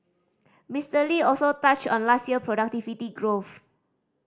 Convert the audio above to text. Mister Lee also touched on last year productivity growth